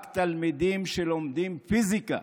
רק תלמידים שלומדים פיזיקה,